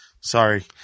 sorry